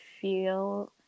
feel